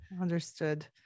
Understood